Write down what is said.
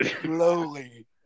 slowly